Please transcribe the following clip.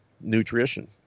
nutrition